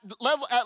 level